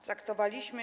Traktowaliśmy.